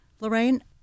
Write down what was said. Lorraine